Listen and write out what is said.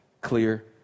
clear